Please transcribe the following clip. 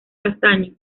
castaño